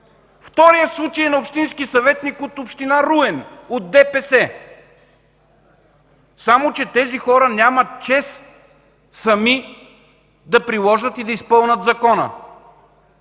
Вторият случай е на общински съветник от община Руен от ДПС. Само че тези хора нямат чест сами да приложат и да изпълнят закона.